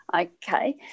Okay